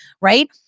right